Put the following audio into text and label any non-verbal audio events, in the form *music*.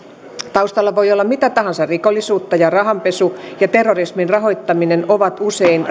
taustalla voi olla mitä tahansa rikollisuutta ja rahanpesu ja terrorismin rahoittaminen ovat usein *unintelligible*